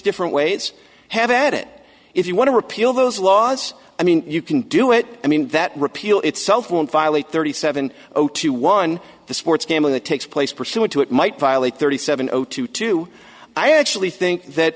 different ways have at it if you want to repeal those laws i mean you can do it i mean that repeal itself won't violate thirty seven zero two one the sports game that takes place pursuant to it might violate thirty seven zero two two i actually think that